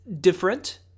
different